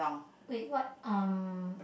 wait what um